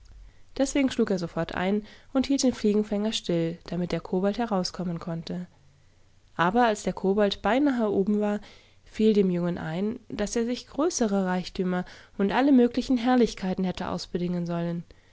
deswegen schlug er sofort ein und hielt den fliegenfänger still damit der kobold herauskommen konnte aber als der kobold beinahe oben war fiel dem jungen ein daß er sich größere reichtümer und alle möglichen herrlichkeiten hätte ausbedingen sollen